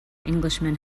englishman